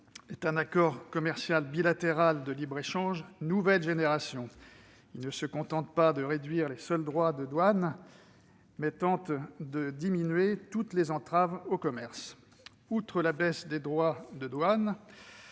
est un accord commercial bilatéral de libre-échange « de nouvelle génération ». Il ne se contente pas de réduire les seuls droits de douane, mais tente de diminuer toutes les entraves au commerce. Ainsi, outre la baisse des droits de douane,